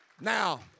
Now